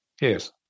Yes